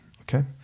okay